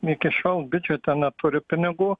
neįkišau bičių ten ar turi pinigų